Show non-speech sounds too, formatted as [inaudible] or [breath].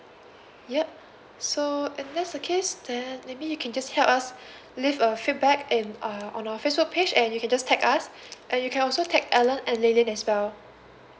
yup so and that's the case then maybe you can just help us [breath] leave a feedback in uh on our facebook page and you can just tag us [breath] and you can also tag alan and lin lin as well